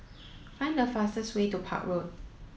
find the fastest way to Park Road